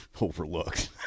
overlooked